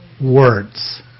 words